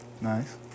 Nice